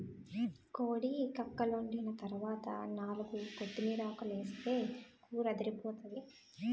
కోడి కక్కలోండిన తరవాత నాలుగు కొత్తిమీరాకులేస్తే కూరదిరిపోతాది